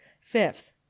Fifth